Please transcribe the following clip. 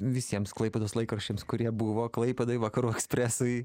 visiems klaipėdos laikraščiams kurie buvo klaipėdoj vakarų ekspresui